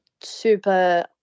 super